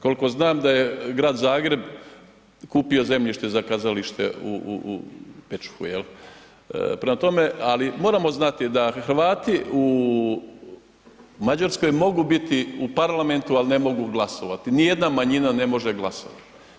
Koliko znam da je Grad Zagreb kupio zemljište za kazalište u Pećuhu jel, prema tome, ali moramo znati da Hrvati u Mađarskoj mogu biti u parlamentu, ali ne mogu glasovati, ni jedna manjina ne može glasovati.